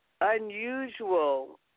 unusual